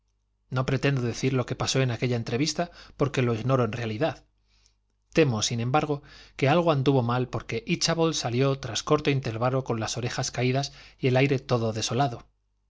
no pretendo decir lo que pasó en aquella entrevista porque lo ignoro en realidad temo sin embargo que algo anduvo mal porque íchabod salió tras corto intervalo con las orejas caídas y el aire todo desolado